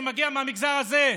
זה מגיע מהמגזר הזה,